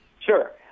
Sure